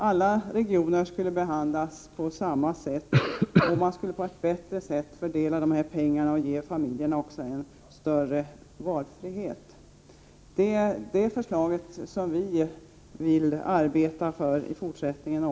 Alla regioner skulle behandlas på samma vis, och man skulle på ett bättre sätt fördela pengarna och ge familjerna en större valfrihet. Det är ett förslag som vi vill arbeta för även i fortsättningen.